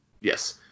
Yes